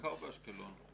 בעיקר באשקלון.